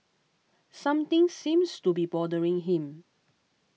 something seems to be bothering him